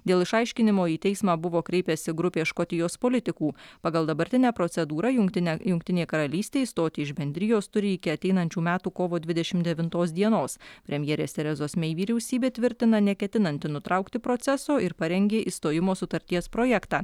dėl išaiškinimo į teismą buvo kreipėsi grupė škotijos politikų pagal dabartinę procedūrą jungtinę jungtinė karalystė išstoti iš bendrijos turi iki ateinančių metų kovo dvidešimt devintos dienos premjerės terezos mey vyriausybė tvirtina neketinanti nutraukti proceso ir parengė išstojimo sutarties projektą